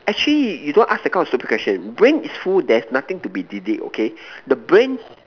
actually you don't ask that kind of stupid question brain is full there's nothing to be delete okay the brain